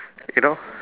you know